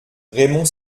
raymond